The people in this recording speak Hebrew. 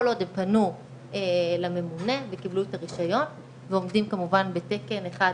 כל עוד הם פנו לממונה וקיבלו את הרישיון ועומדים כמובן בתקן אחד,